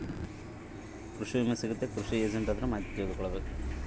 ನನ್ನ ಹೆಸರ ಮ್ಯಾಲೆ ಐದು ಎಕರೆ ಜಮೇನು ಐತಿ ಕೃಷಿ ವಿಮೆ ಬೇಕಾಗೈತಿ ಸಿಗ್ತೈತಾ ಮಾಹಿತಿ ಕೊಡ್ರಿ?